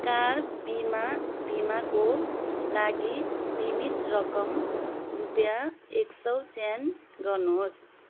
car बिमा बिमाको लागि बिमित रकम रुपियाँ एक सौ चयन गर्नुहोस्